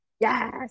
yes